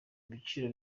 ibiciro